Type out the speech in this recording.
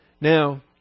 Now